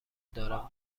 دارم